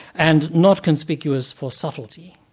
and not conspicuous for subtlety.